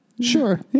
Sure